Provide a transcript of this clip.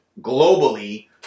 globally